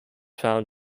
found